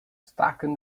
staken